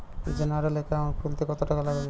General account খুলতে কত টাকা লাগবে?